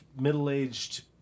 middle-aged